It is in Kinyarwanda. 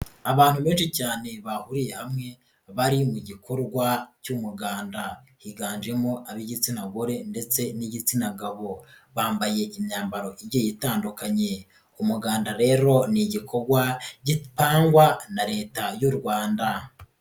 Abantu benshi cyane bahuriye hamwe bari mu gikorwa cy'umuganda, higanjemo ab'igitsina gore ndetse n'igitsina gabo. Bambaye imyambaro igenda itandukanye. Umuganda rero ni igikorwa gipangwa na leta y'u Rwanda.